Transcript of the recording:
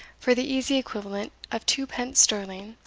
for the easy equivalent of two-pence sterling.